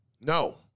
No